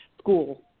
school